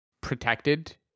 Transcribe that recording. protected